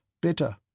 Bitter